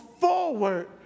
forward